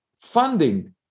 funding